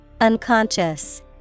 Unconscious